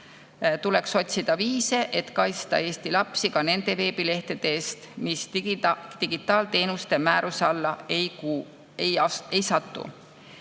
Tuleks otsida viise, kuidas kaitsta Eesti lapsi ka nende veebilehtede eest, mis digiteenuste määruse alla ei kuulu.